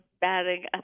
batting